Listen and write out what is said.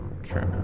Okay